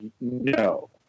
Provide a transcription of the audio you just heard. no